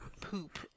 poop